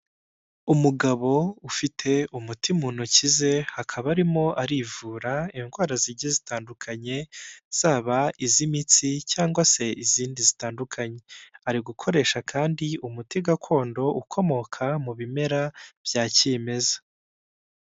Umugabo ufite umuti mu ntoki ze, akaba arimo arivura indwara zigiye zitandukanye; zaba iz'imitsi cyangwa se izindi zitandukanye. Ari gukoresha kandi umuti gakondo ukomoka mu bimera bya kimeza.